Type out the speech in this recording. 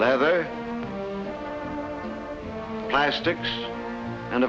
leather plastics and